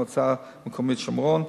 מועצה מקומית שומרון,